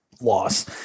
loss